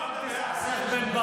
אתה בעד לנתק איתם מחר בבוקר?